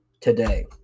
today